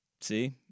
See